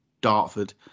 Dartford